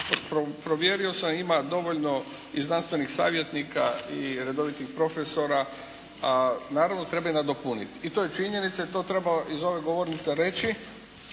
provjerio sam ima dovoljno i znanstvenih savjetnika i redovitih profesora, a naravno treba i nadopuniti. I to je činjenica i to treba iz ove govornice reći,